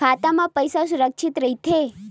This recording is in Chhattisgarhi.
खाता मा पईसा सुरक्षित राइथे?